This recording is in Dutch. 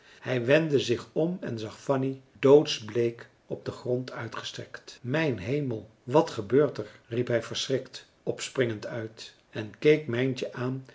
hij wendde zich om en zag fanny doodsbleek op den grond uitgestrekt mijn hemel wat gebeurt er riep hij verschrikt opspringend uit en keek mijntje aan